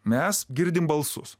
mes girdim balsus